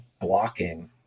blocking